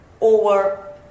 over